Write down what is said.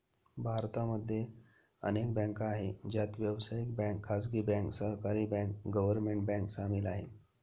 भारत मध्ये अनेक बँका आहे, ज्यात व्यावसायिक बँक, खाजगी बँक, सहकारी बँक, गव्हर्मेंट बँक सामील आहे